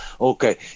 Okay